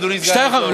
אדוני סגן השר.